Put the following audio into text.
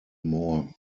more